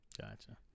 Gotcha